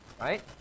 right